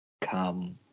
come